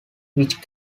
which